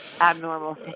abnormal